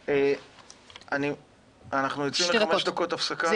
אנחנו יוצאים לחמש דקות הפסקה.